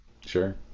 sure